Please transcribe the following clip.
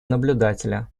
наблюдателя